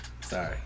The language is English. Sorry